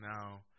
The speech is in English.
now